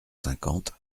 cinquante